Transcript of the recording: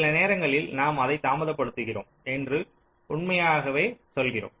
சில நேரங்களில் நாம் அதை தாமதப்படுத்துகிறோம் என்று உண்மையாகவே சொல்கிறோம்